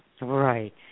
right